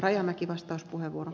arvoisa puhemies